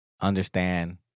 understand